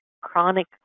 chronic